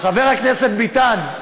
חבר הכנסת ביטן,